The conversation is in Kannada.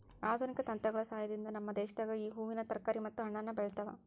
ಆಧುನಿಕ ತಂತ್ರಗಳ ಸಹಾಯದಿಂದ ನಮ್ಮ ದೇಶದಾಗ ಈ ಹೂವಿನ ತರಕಾರಿ ಮತ್ತು ಹಣ್ಣನ್ನು ಬೆಳೆತವ